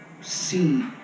see